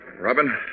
Robin